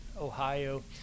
Ohio